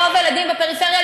רוב הילדים בפריפריה,